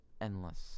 endless